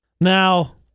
Now